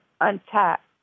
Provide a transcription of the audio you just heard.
untapped